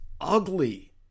ugly